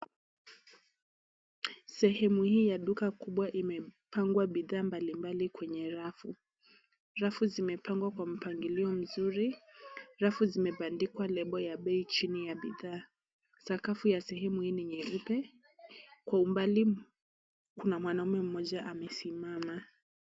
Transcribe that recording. Sehemu hii ya duka kubwa imepangwa bidhaa mbalimbali kwenye rafu , rafu zimepangwa kwa mpangilio nzuri, rafu zimebandikwa lebo chini ya bidhaa. Sakafu ya sehemu ni nyeupe. Kwa umbali kuna mwanamume mmoja amesimama.